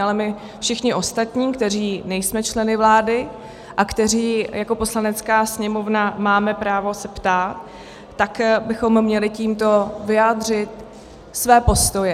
Ale my všichni ostatní, kteří nejsme členy vlády a kteří jako Poslanecká sněmovna máme právo se ptát, bychom měli tímto vyjádřit své postoje.